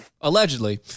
Allegedly